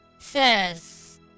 says